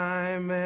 Time